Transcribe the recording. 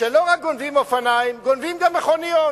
שלא רק גונבים אופניים, גונבים גם מכוניות.